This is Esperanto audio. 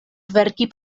verki